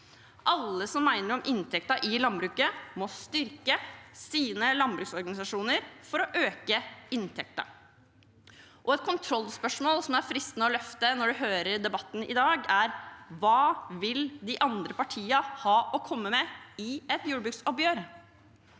Alle som mener noe om inntekten i landbruket, må styrke sine landbruksorganisasjoner for å øke inntekten. Et kontrollspørsmål som er fristende å løfte når man hører debatten i dag, er: Hva vil de andre partiene ha å komme med i et jordbruksoppgjør?